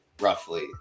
roughly